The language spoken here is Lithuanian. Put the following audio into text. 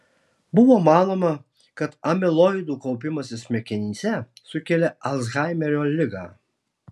buvo manoma kad amiloidų kaupimasis smegenyse sukelia alzhaimerio ligą